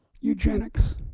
eugenics